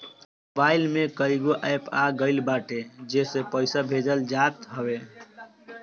mobile में कईगो app आ गईल बाटे जेसे पईसा भेजल जात हवे